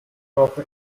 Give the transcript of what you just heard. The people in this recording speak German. brauche